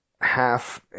half